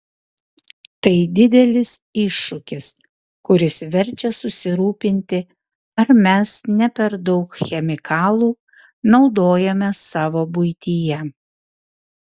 tai didelis iššūkis kuris verčia susirūpinti ar mes ne per daug chemikalų naudojame savo buityje